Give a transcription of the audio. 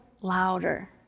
louder